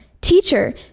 Teacher